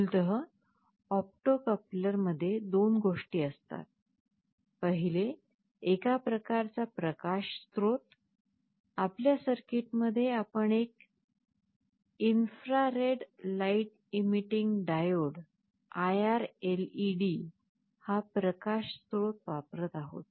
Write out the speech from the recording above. मूलतः opto coupler मध्ये दोन गोष्टी असतात पहिले एका प्रकारचा प्रकाश स्रोत आपल्या सर्किटमध्ये आपण एक इन्फ्रारेड लाइट इमीटिंग डायोड हा प्रकाशस्रोत वापरत आहोत